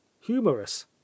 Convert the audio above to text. humorous